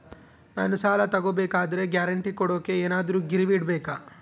ನಾನು ಸಾಲ ತಗೋಬೇಕಾದರೆ ಗ್ಯಾರಂಟಿ ಕೊಡೋಕೆ ಏನಾದ್ರೂ ಗಿರಿವಿ ಇಡಬೇಕಾ?